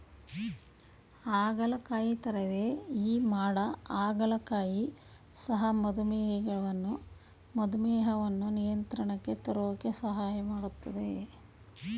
ಹಾಗಲಕಾಯಿ ತರಹವೇ ಈ ಮಾಡ ಹಾಗಲಕಾಯಿ ಸಹ ಮಧುಮೇಹವನ್ನು ನಿಯಂತ್ರಣಕ್ಕೆ ತರೋಕೆ ಸಹಾಯ ಮಾಡ್ತದೆ